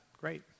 Great